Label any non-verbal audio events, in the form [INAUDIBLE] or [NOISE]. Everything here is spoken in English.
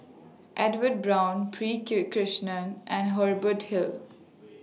Edwin Brown P [UNINTELLIGIBLE] Krishnan and Hubert Hill